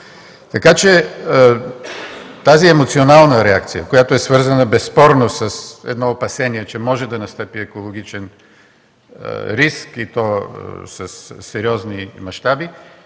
Така че тази емоционална реакция, която е свързана безспорно с опасение, че може да настъпи екологичен риск, и то със сериозни мащаби,